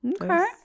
Okay